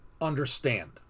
understand